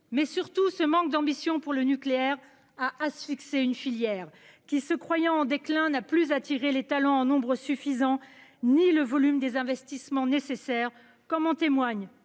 Surtout, ce manque d'ambition vis-à-vis du nucléaire a asphyxié une filière qui, se croyant en déclin, n'a plus attiré ni les talents en nombre suffisant ni le volume d'investissements nécessaire. Tout à fait